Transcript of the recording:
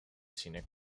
scenic